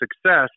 success